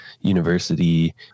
university